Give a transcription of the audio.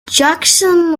jackson